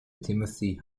timothy